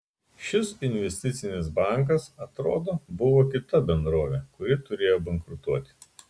šis investicinis bankas atrodo buvo kita bendrovė kuri turėjo bankrutuoti